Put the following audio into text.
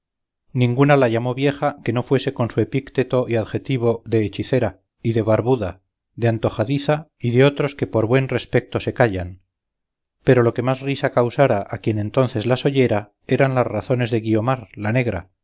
ninguna la llamó vieja que no fuese con su epítecto y adjetivo de hechicera y de barbuda de antojadiza y de otros que por buen respecto se callan pero lo que más risa causara a quien entonces las oyera eran las razones de guiomar la negra